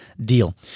deal